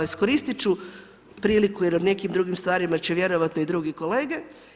Iskoristit ću priliku jer o nekim drugim stvarima će vjerojatno i drugi kolege.